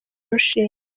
urushinge